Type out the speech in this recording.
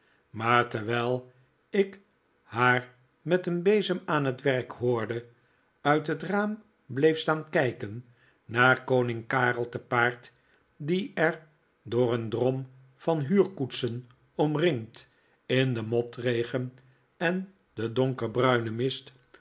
maar terwijl ik haar met een bezem aan het werk hoorde uit het raam bleef staan kijken naar koning karel te paard die er door een drom van huurkoetsen omringd in den motregen en den donkerbruinen mist